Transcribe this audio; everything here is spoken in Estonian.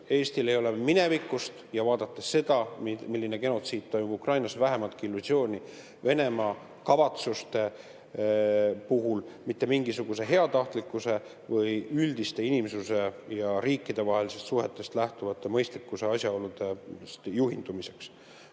Eestil ei ole minevikust – ja vaadates seda, milline genotsiid toimub Ukrainas – vähimatki illusiooni Venemaa kavatsuste puhul mitte mingisugusest heatahtlikkusest või üldistest inimsusest ja riikidevahelistest suhetest lähtuvatest mõistlikkuse asjaoludest juhindumiseks.